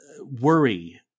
worry